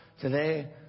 Today